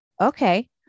Okay